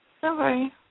Sorry